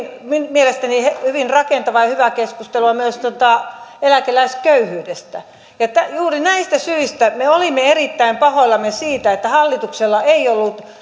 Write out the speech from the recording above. mielestäni hyvin rakentavaa ja hyvää keskustelua myös eläkeläisköyhyydestä juuri näistä syistä me olimme erittäin pahoillamme siitä että hallituksella ei ollut